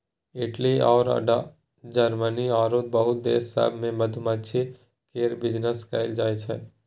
Italy अउर Germany आरो बहुते देश सब मे मधुमाछी केर बिजनेस कएल जाइ छै